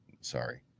Sorry